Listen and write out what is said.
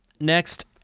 Next